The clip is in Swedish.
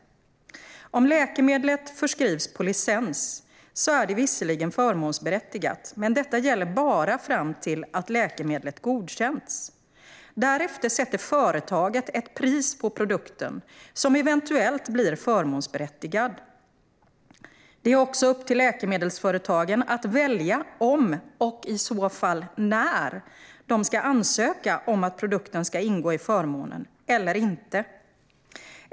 Om läkemedlet förskrivs på licens är det visserligen förmånsberättigat, men detta gäller bara fram till dess att läkemedlet godkänts. Därefter sätter företaget ett pris på produkten, som eventuellt blir förmånsberättigad. Det är också upp till läkemedelsföretagen att välja om, och i så fall när, de ska ansöka om att produkten ska ingå i förmånen - eller inte.